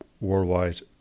worldwide